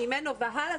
ממנו והלאה,